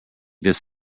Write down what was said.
this